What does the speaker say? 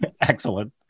Excellent